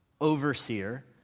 overseer